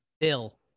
Bill